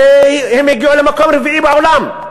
הם הגיעו למקום רביעי בעולם.